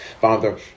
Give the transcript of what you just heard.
Father